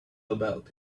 about